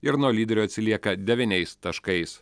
ir nuo lyderio atsilieka devyniais taškais